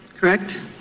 Correct